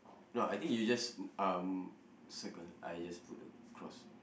no I think you just um circle I just put the cross